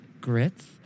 grits